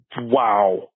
Wow